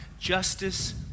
justice